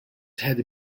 had